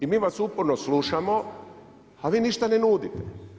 I mi vas uporno slušamo a vi ništa ne nudite.